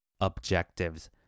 objectives